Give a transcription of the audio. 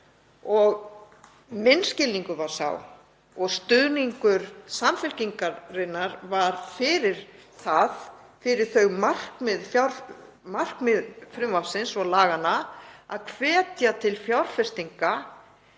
Minn skilningur var sá og stuðningur Samfylkingarinnar var við það markmið frumvarpsins og laganna að hvetja ætti til fjárfestinga